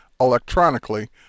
electronically